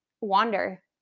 wander